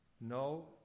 no